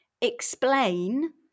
Explain